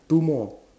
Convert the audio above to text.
two more